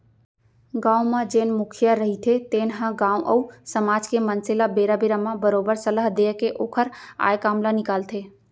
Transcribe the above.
गाँव म जेन मुखिया रहिथे तेन ह गाँव अउ समाज के मनसे ल बेरा बेरा म बरोबर सलाह देय के ओखर आय काम ल निकालथे